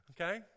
Okay